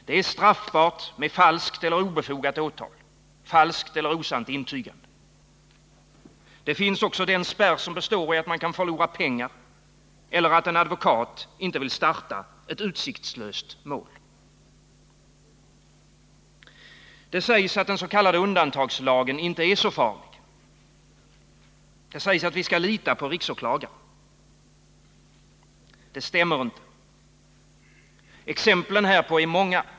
Det är straffbart med falskt eller obefogat åtal, falskt eller osant intygande. Det finns också en spärr som består i att man kan förlora pengar eller att en advokat inte vill starta ett utsiktslöst mål. Det sägs att den s.k. undantagslagen inte är så farlig. Det sägs att vi skall lita på riksåklagaren. Detta stämmer inte. Exemplen härpå är många.